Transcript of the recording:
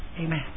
Amen